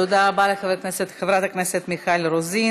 תודה רבה לחברת הכנסת מיכל רוזין.